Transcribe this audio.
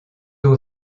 eau